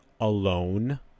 alone